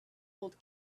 old